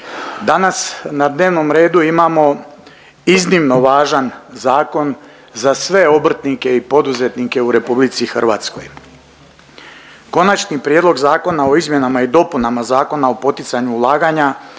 danas na dnevnom redu imamo iznimno važan zakon za sve obrtnike i poduzetnike u RH. Konačni prijedlog Zakona o izmjenama i dopunama Zakona o poticanju ulaganja